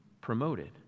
promoted